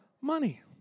money